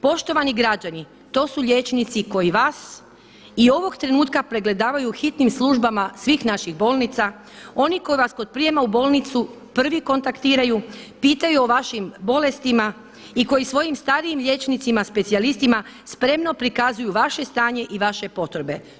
Poštovani građani, to su liječnici koji vas i ovog trenutka pregledavaju u hitnim službama svih naših bolnica, oni koji vas kod prijema u bolnicu prvi kontaktiraju, pitaju o vašim bolestima i koji svojim starijim liječnicima, specijalistima spremno prikazuju vaše stanje i vaše potrebe.